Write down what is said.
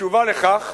התשובה על כך